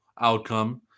outcome